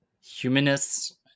humanists